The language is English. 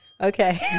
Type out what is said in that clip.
Okay